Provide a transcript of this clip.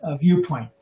viewpoint